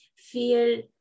feel